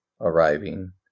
arriving